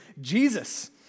Jesus